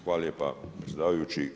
Hvala lijepa predsjedavajući.